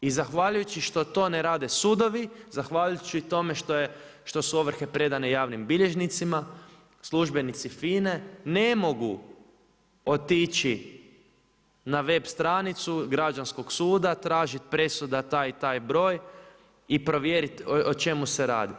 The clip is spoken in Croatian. I zahvaljujući što to ne rade sudovi, zahvaljujući tome što su ovrhe predane javnim bilježnicima službenici FINA-e ne mogu otići na web stranicu Građanskog suda tražit presuda taj i taj broj i provjerit o čemu se radi.